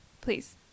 Please